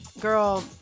girl